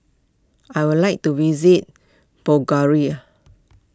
I would like to visit